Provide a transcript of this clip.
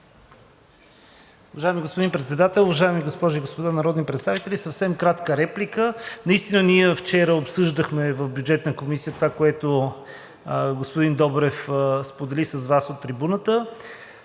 Уважаеми господин Председател, уважаеми госпожи и господа народни представители! Съвсем кратка реплика. Наистина ние вчера обсъждахме в Бюджетната комисия това, което господин Добрев сподели с Вас от трибуната.